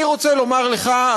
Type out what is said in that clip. אני רוצה לומר לך,